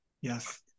Yes